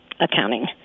accounting